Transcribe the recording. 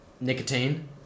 Nicotine